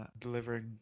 delivering